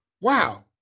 Wow